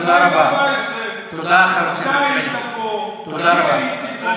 ב-2014 אתה היית פה, אני הייתי פה.